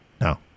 No